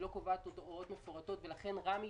היא לא קובעת הוראות מפורטות ולכן רמ"י